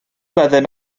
byddem